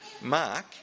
Mark